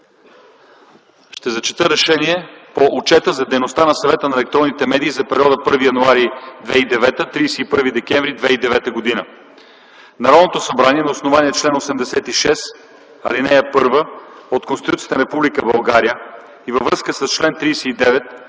ще прочета решение по отчета за дейността на Съвета за електронни медии за периода 1 януари 2009 г. – 31 декември 2009 г.: „Народното събрание на основание чл. 86, ал. 1 от Конституцията на Република България и във връзка с чл. 39,